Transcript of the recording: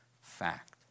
fact